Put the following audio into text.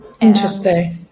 Interesting